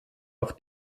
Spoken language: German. auf